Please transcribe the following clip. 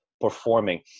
performing